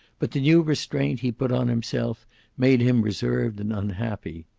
but the new restraint he put on himself made him reserved and unhappy.